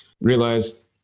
realized